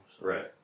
Right